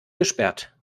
gesperrt